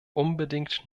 unbedingt